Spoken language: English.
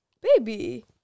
Baby